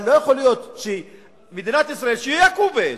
אבל לא יכול להיות שמדינת ישראל, שהיא הכובש,